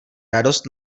radost